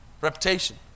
reputation